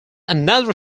another